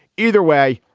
either way,